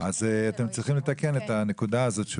אתם צריכים לתקן את הנקודה הזאת שהוא